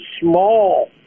small